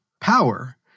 power